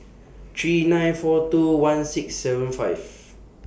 three nine four two one six seven five